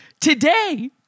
today